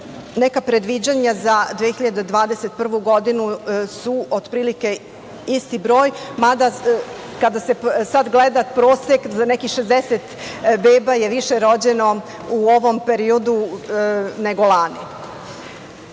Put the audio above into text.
Neka predviđanja za 2021. godinu su otprilike isti broj, mada kada se sada gleda prosek, nekih 60 beba je više rođeno u ovom periodu, nego lani.